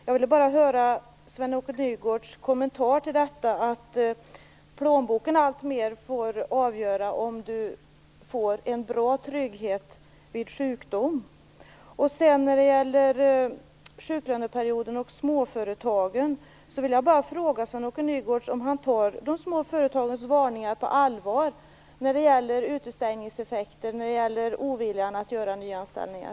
Jag skulle vilja ha en kommentar från Sven-Åke Nygårds när det gäller detta med att plånboken alltmer får avgöra om man får en god trygghet vid sjukdom. När det gäller sjuklöneperioden och småföretagen undrar jag om Sven-Åke Nygårds tar de små företagens varningar på allvar när det gäller utestängningseffekter och oviljan till nyanställningar.